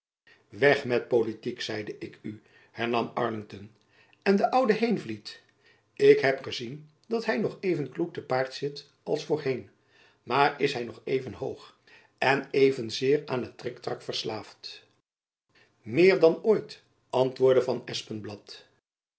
weg met politiek zeide ik u hernam arling ton en de oude heenvliet ik heb gezien dat hy nog even kloek te paard zit als voorheen maar is hy nog even hoog en evenzeer aan het triktrak verslaafd meer dan ooit antwoordde van